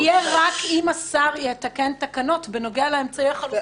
יהיה רק אם השר יתקן תקנות בנוגע לאמצעי החלופי.